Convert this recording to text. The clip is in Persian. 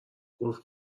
گفت